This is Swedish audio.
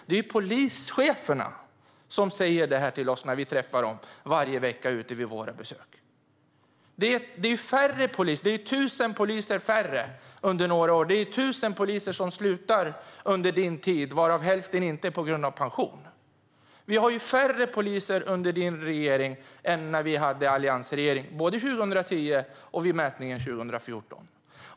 Det är polischeferna som säger detta till oss när vi träffar dem varje vecka vid våra besök. Det har blivit tusen poliser färre sedan några år tillbaka. Tusen poliser har slutat under justitieministerns tid, varav hälften inte på grund av pension. Det finns färre poliser under din regering än det var under alliansregeringen, både 2010 och vid mätningen 2014.